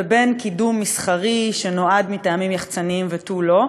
ובין קידום מסחרי מטעמים יחצניים ותו לא.